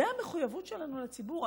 זו המחויבות שלנו לציבור.